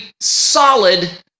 solid